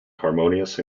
harmonious